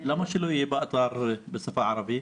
למה שלא יהיה כתוב באתר בשפה הערבית?